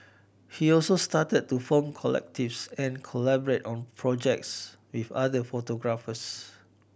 he also started to form collectives and collaborate on projects with other photographers